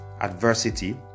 adversity